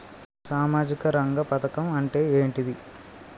సామాజిక రంగ పథకం అంటే ఏంటిది?